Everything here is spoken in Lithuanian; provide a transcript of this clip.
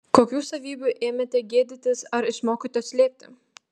kokių savybių ėmėte gėdytis ar išmokote slėpti